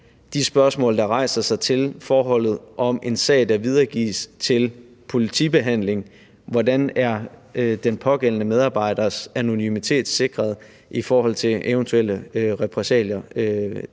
de spørgsmål, der rejser sig til forholdet om en sag, der videregives til politibehandling. Hvordan er den pågældende medarbejders anonymitet sikret i forhold til eventuelle repressalier